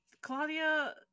Claudia